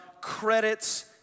credits